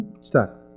stop